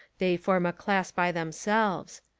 they form a class by them selves.